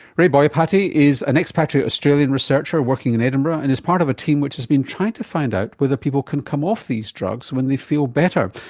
ray boyapati is an expatriate australian researcher working in edinburgh and is part of a team which has been trying to find out whether people can come off these drugs when they feel better.